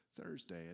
Thursday